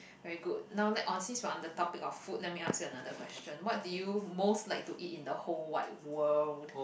very good now let on since we're on the topic of food let me ask you another question what do you most like to eat in the whole wide world